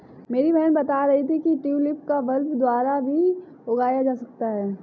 मेरी बहन बता रही थी कि ट्यूलिप को बल्ब द्वारा भी उगाया जा सकता है